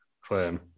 claim